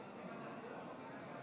אני קובע שהחלטת הממשלה התקבלה.